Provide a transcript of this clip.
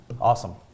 Awesome